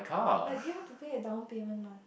but you have to pay a down payment mah